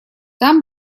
там